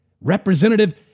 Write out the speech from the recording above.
Representative